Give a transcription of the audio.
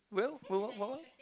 will what what what what